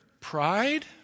pride